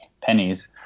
pennies